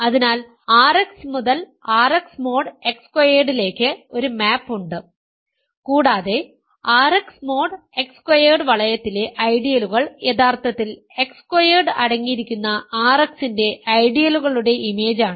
അതിനാൽ RX മുതൽ RX mod X സ്ക്വയർഡിലേക്ക് ഒരു മാപ് ഉണ്ട് കൂടാതെ RX മോഡ് X സ്ക്വയർഡ് വളയത്തിലെ ഐഡിയലുകൾ യഥാർത്ഥത്തിൽ X സ്ക്വയർഡ് അടങ്ങിയിരിക്കുന്ന RX ന്റെ ഐഡിയലുകളുടെ ഇമേജാണ്